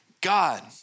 God